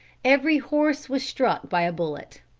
every horse was struck by a bullet.